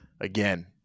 again